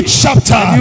chapter